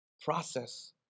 process